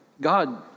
God